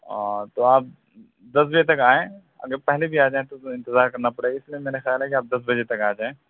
اور تو آپ دس بجے تک آئیں اگر پہلے بھی آ جائیں تو اِنتظار کرنا پڑے گا اِس لیے میرا خیال ہے کہ دس بجے تک آ جائیں